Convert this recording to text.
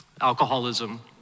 alcoholism